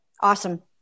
Awesome